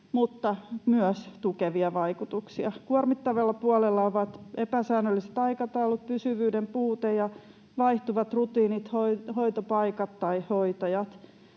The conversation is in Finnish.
mutta myös niitä tukevia vaikutuksia. Kuormittavalla puolella ovat epäsäännölliset aikataulut, pysyvyyden puute ja vaihtuvat rutiinit, hoitopaikat tai hoitajat.